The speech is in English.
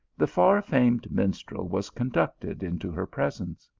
the far famed minstrel was conducted into her presence.